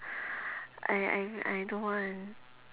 I I I don't want